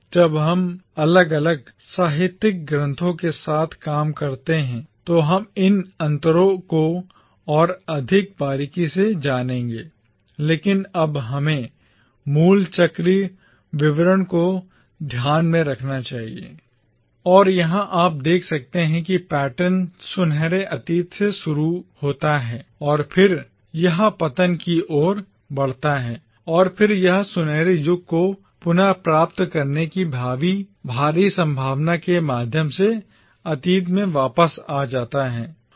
जब हम अलग अलग साहित्यिक ग्रंथों के साथ काम करते हैं तो हम इन अंतरों को और अधिक बारीकी से जानेंगे लेकिन अब हमें मूल चक्रीय विवरण को ध्यान में रखना चाहिए और यहां आप देख सकते हैं कि पैटर्न सुनहरे अतीत से शुरू होता है और फिर यह पतन की ओर बढ़ता है और फिर यह सुनहरे युग को पुनर्प्राप्त करने की भावी संभावना के माध्यम से अतीत में वापस आ जाता है